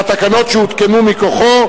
והתקנות שהותקנו מכוחו,